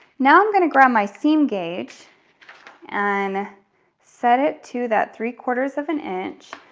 now i'm gonna grab my seam gauge and set it to that three quarters of an inch,